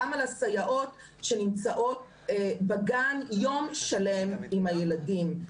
גם על הסייעות שנמצאות בגן יום שלם עם הילדים.